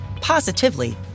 positively